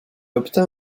obtint